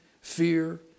fear